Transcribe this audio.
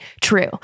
True